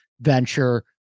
venture